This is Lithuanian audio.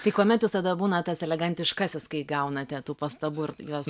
tai kuomet visada būna tas elegantiškasis kai gaunate tų pastabų ir jos